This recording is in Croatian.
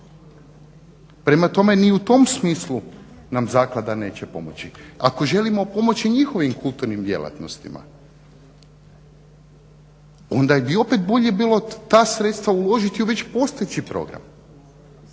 Prema tome ni u tom smislu nam zaklada neće pomoći. Ako želimo pomoći njihovim kulturnim djelatnostima onda bi opet bolje bilo ta sredstva uložiti u već postojeći program.